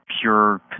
Pure